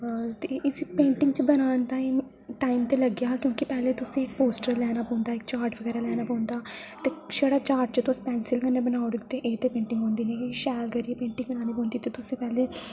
ते इस पेंटिंग च बनाने ताहीं टाइम ते लग्गेआ हा क्योंकि पैह्लें तुसें पोस्टर लैना पौंदा इक चार्ट बगैरा लैना पौंदा ते छड़ा चार्ट च तुस पेंसिल कन्नै बनाई ओड़ो ते पेंटिंग होंदी नी शैल करियै पेंटिंग बनानी पौंदी ते तुसें पैह्लें